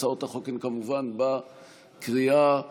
הצעות החוק הן כמובן לקריאה הראשונה.